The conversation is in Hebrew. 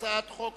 שיחול דין 121,